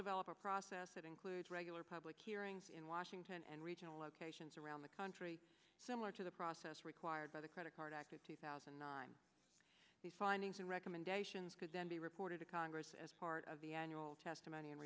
develop a process that includes regular public hearings in washington and regional locations around the country similar to the process required by the credit card act of two thousand and nine the findings and recommendations could then be reported to congress as part of the annual testimony and